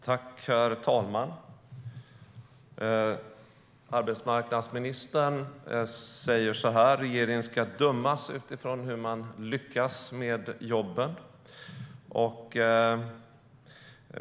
Herr talman! Arbetsmarknadsministern säger att regeringen ska dömas utifrån hur man lyckas med jobben.